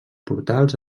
portals